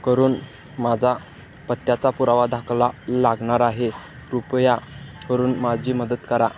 करून माझा पत्त्याचा पुरावा दाखला लागणार आहे कृपया करून माझी मदत करा